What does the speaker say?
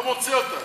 לא מוצא אותה.